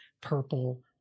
purple